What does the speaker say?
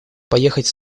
поехать